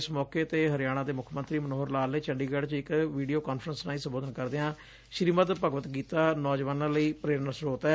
ਇਸ ਮੌਕੇ ਡੇ ਹਰਿਆਣਾ ਦੇ ਮੁੱਖ ਮੰਤਰੀ ਮਨੋਹਰ ਲਾਲ ਨੇ ਚੰਡੀਗੜ੍ਪ ਚ ਇਕ ਵੀਡੀਓ ਕਾਨਫਰੰਸ ਰਾਹੀਂ ਸੰਬੋਧਨ ਕਰਦਿਆਂ ਕਿਹਾ ਕਿ ਸ੍ਰੀਮਦ ਭਗਵਤ ਗੀਤਾ ਨੌਜਵਾਨਾਂ ਲਈ ਵੱਡਾ ਪ੍ਰੇਰਨਾ ਸਰੋਤ ਐ